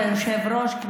איפה השר?